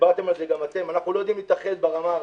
דיברתם על זה גם אתם אנחנו לא יודעים להתאחד ברמה ארצית,